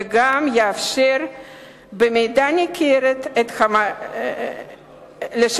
וגם ישפר במידה ניכרת את המצב